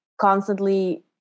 constantly